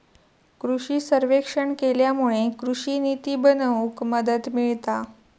कृषि सर्वेक्षण केल्यामुळे कृषि निती बनवूक मदत मिळता